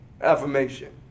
affirmation